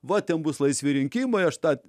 va ten bus laisvi rinkimai aš tą